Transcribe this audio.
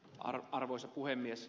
arvoisa puhemies